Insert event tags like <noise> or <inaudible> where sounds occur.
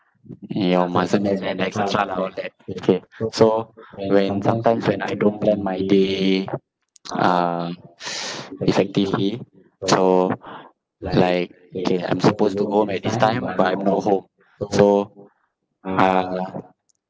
your muscle mass and extra lah all that okay so when sometimes when I don't plan my day <noise> uh <noise> effectively so like K I'm supposed to go home at this time but I'm not home so uh